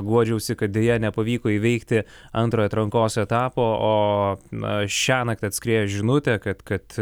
guodžiausi kad deja nepavyko įveikti antrojo atrankos etapo o na šiąnakt atskriejo žinutė kad kad